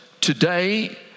today